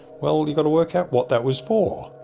well, you've got to work out what that was for.